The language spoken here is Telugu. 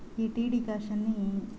ఈ టీ డికాషన్ని